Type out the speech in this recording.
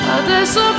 adesso